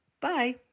Bye